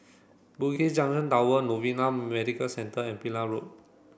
Bugis Junction Tower Novena Medical Centre and Pillai Road